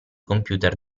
computer